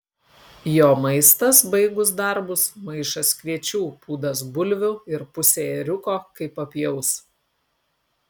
jo maistas baigus darbus maišas kviečių pūdas bulvių ir pusė ėriuko kai papjaus